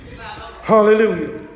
Hallelujah